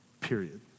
period